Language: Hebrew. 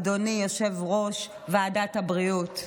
אדוני יושב-ראש ועדת הבריאות.